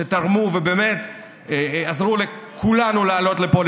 שתרמו ובאמת עזרו לכולנו לעלות לפה,